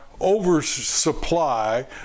oversupply